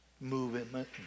movement